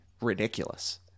ridiculous